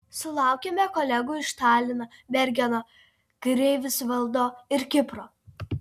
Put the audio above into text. sulaukėme kolegų iš talino bergeno greifsvaldo ir kipro